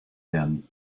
werden